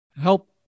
help